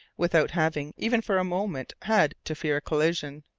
without having, even for a moment, had to fear a collision.